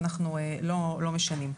אנחנו לא משנים.